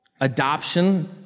adoption